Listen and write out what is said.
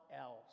else